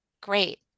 Great